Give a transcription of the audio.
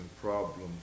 problems